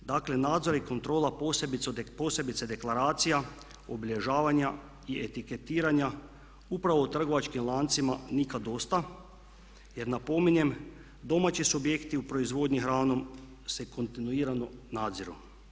Dakle, nadzor i kontrola posebice deklaracija, obilježavanja i etiketiranja upravo u trgovačkim lancima nikad dosta jer napominjem, domaći subjekti u proizvodnji hranom se kontinuirano nadziru.